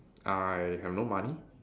I have no money